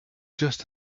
just